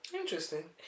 Interesting